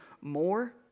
more